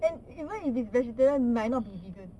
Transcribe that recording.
and even if it's vegetarian it might not be vegan